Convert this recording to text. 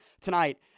tonight